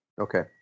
Okay